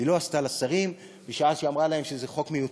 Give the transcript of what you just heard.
היא לא עשתה לשרים בשעה שהיא אמרה להם שזה חוק מיותר.